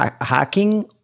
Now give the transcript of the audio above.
hacking